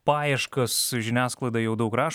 paieškas žiniasklaida jau daug rašo